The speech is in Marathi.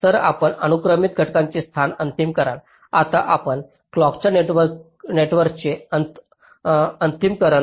तर आपण अनुक्रमिक घटकांची स्थाने अंतिम कराल आता आपण क्लॉकाच्या नेटवर्कचे अंतिमकरण तयार झाल्यावर त्याचा सिन्थेसिस करा